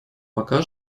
пока